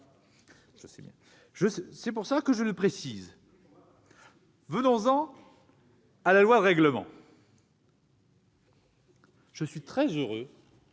C'est pour cela que je le précise. Venons-en à la loi de règlement. Je suis très heureux,